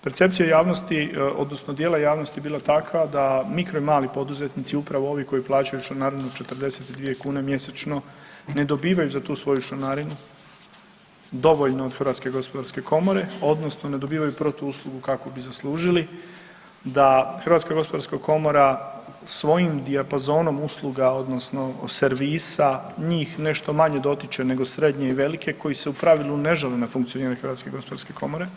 Percepcija javnosti odnosno dijela javnosti bila takva da mikro i mali poduzetnici, upravo ovi koji plaćaju članarinu 42 kune mjesečno ne dobivaju za tu svoju članarinu dovoljno od HGK odnosno ne dobivaju protuuslugu kakvu bi zaslužili, da HGK svojim dijapazonom usluga odnosno servisa njih nešto manje dotiče nego i srednje i velike koji se u pravilu ne žale na funkcioniranje HGK.